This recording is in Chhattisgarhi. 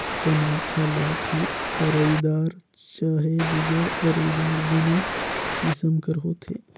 चमेटा लाठी अरईदार चहे बिगर अरईदार दुनो किसिम कर होथे